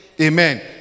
amen